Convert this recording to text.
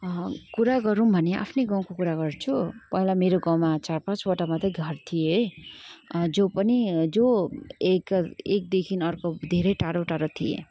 कुरा गरौँ भने आफ्नै गाउँको कुरा गर्छु पहिला मेरो गाउँमा चार पाँचवटा मात्रै घर थिए जो पनि जो एकर एकदेखि अर्को धेरै टाडो टाडो थिए